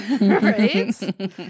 Right